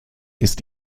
ist